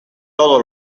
todo